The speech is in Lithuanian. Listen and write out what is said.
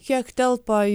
kiek telpa į